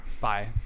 Bye